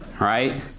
Right